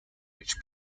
which